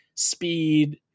speed